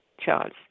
Charles